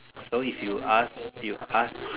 so if you ask you ask